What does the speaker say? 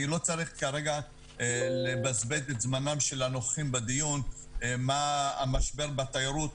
אני לא צריך כרגע לבזבז את זמנם של הנוכחים בדיון על המשבר בתיירות,